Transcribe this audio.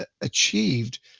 achieved